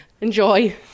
Enjoy